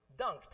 dunked